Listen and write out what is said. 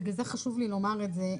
בגלל זה חשוב לי לומר את זה.